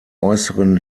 äußeren